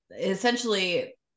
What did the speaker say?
essentially